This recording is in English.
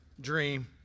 dream